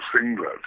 singlet